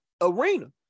arena